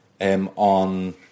on